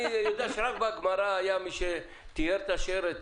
רק בגמרא היה מי שטיהר את השרץ